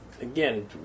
again